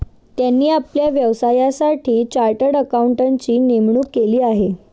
त्यांनी आपल्या व्यवसायासाठी चार्टर्ड अकाउंटंटची नेमणूक केली आहे